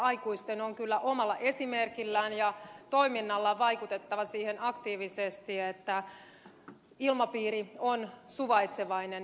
aikuisten on kyllä omalla esimerkillään ja toiminnallaan vaikutettava siihen aktiivisesti että ilmapiiri on suvaitsevainen